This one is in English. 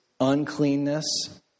uncleanness